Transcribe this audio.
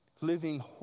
Living